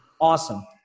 awesome